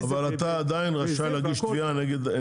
-- אבל אתה עדיין רשאי להגיש תביעה נגדית.